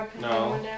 No